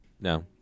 No